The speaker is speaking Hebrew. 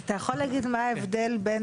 אתה יכול להגיד מה ההבדל בין